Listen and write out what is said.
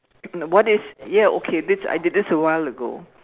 no what is ya okay this I did this awhile ago